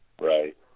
Right